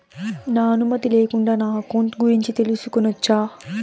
నా అనుమతి లేకుండా నా అకౌంట్ గురించి తెలుసుకొనొచ్చా?